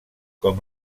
com